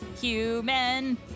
Human